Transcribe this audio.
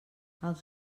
els